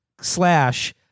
slash